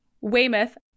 Weymouth